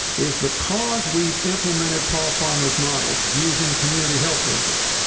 is because we've implemented paul farmer's model, using community health workers,